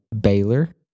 Baylor